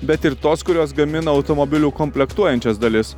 bet ir tos kurios gamina automobilių komplektuojančias dalis